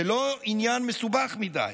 זה לא עניין מסובך מדי.